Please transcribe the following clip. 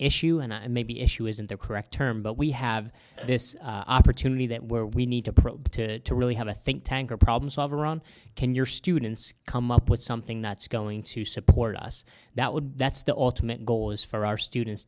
issue and i maybe issue isn't the correct term but we have this opportunity that where we need to really have a think tank or problem solver on can your students come up with something that's going to support us that would be that's the ultimate goal is for our students